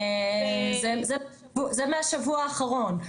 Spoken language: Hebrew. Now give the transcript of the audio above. זה מהשבוע האחרון.